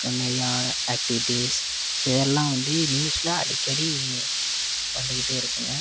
நிறையா ஆக்டிவிட்டீஸ் இதெல்லாம் வந்து நியூஸில் அடிக்கடி வந்துக்கிட்டே இருக்குதுங்க